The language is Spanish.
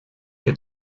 que